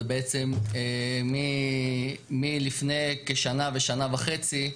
זה בעצם מלפני כשנה ושנה וחצי,